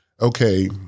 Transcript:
Okay